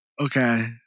okay